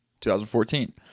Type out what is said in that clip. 2014